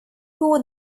bore